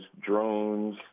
drones